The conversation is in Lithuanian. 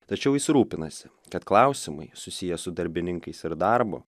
tačiau jis rūpinasi kad klausimai susiję su darbininkais ir darbu